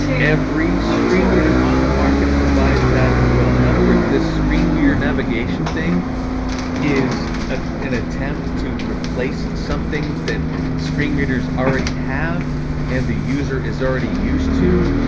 every screen reader on the market provides that as well. in other words, this screen reader navigation thing is ah an attempt to replace something that screen readers already have and the user is already used to.